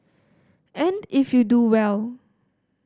and if you do well